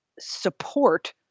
support